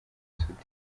soudy